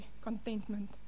contentment